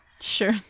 Sure